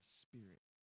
spirit